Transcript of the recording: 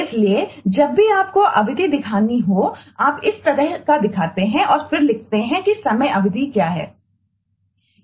इसलिए जब भी आपको अवधि दिखानी हो आप इस तरह का दिखाते हैं और फिर लिखते हैं कि समय अवधि क्या है